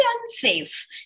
unsafe